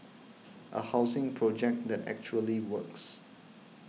a housing project that actually works